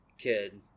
kid